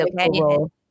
okay